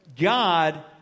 God